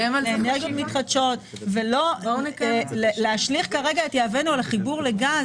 לאנרגיות מתחדשות ולא להשליך כרגע את יהבנו על החיבור לגז.